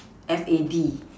F A D